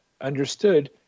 understood